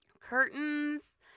curtains